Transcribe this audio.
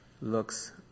looks